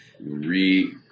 re